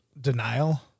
denial